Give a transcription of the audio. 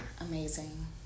Amazing